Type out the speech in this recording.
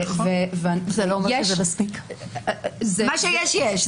מה שיש יש.